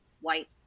white